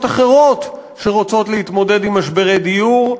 אחרות שרוצות להתמודד עם משברי דיור,